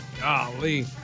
golly